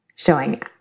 showing